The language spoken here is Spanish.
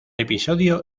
episodio